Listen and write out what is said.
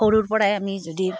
সৰুৰপৰাই আমি যদি